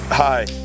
Hi